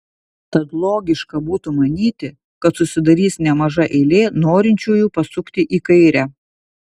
tad logiška būtų manyti kad susidarys nemaža eilė norinčiųjų pasukti į kairę